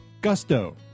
Gusto